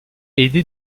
aidé